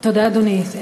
תודה, אדוני.